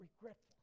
regretful